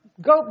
go